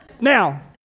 Now